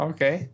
Okay